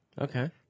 Okay